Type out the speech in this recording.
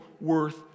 worth